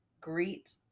greet